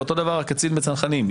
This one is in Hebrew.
ואותו דבר הקצין בצנחנים.